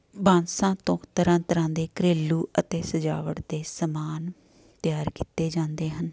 ਬਾਂਸਾਂ ਤੋਂ ਤਰ੍ਹਾਂ ਤਰ੍ਹਾਂ ਦੇ ਘਰੇਲੂ ਅਤੇ ਸਜਾਵਟ ਦੇ ਸਮਾਨ ਤਿਆਰ ਕੀਤੇ ਜਾਂਦੇ ਹਨ